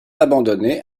abandonnée